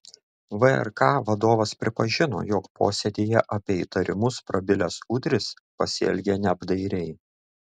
vrk vadovas pripažino jog posėdyje apie įtarimus prabilęs udris pasielgė neapdairiai